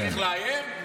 צריך לאיים?